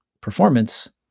performance